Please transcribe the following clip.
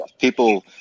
people